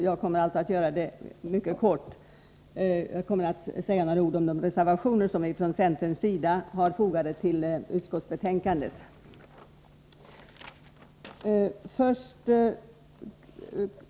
Jag kommer att mycket kortfattat beröra de reservationer som centern har fogat till utskottsbetänkandet.